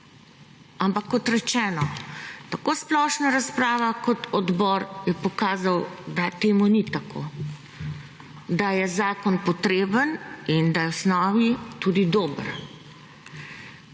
Ampak kot rečeno, tako splošna razprava kot odbor je pokazal, da temu ni tako, da je zakon potreben in da je v osnovi tudi dober.